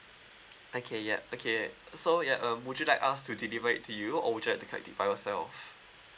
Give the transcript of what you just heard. okay yup okay so ya um would you like us to deliver it to you or would you like to collect it by yourself